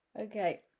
Okay